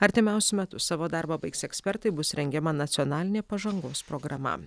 artimiausiu metu savo darbą baigs ekspertai bus rengiama nacionalinė pažangos programa